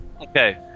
Okay